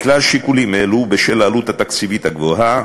מכלל שיקולים אלו, ובשל העלות התקציבית הגבוהה,